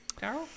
Carol